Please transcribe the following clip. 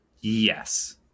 Yes